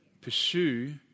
Pursue